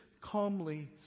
calmly